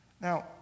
Now